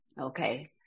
okay